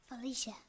Felicia